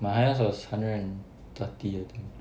my highest was hundred and thirty I think